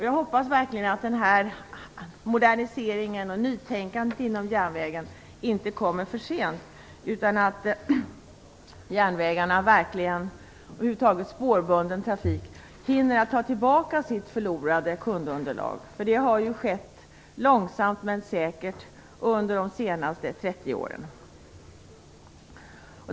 Jag hoppas verkligen att moderniseringen och nytänkandet inom järnvägen inte kommer för sent, utan att järnvägarna och över huvud taget spårbunden trafik hinner att ta tillbaka sitt förlorade kundunderlag - ett kundunderlag som har minskat långsamt men säkert under de senaste 30 åren.